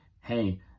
hey